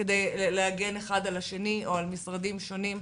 כדי להגן אחד על השני או על משרדים שונים.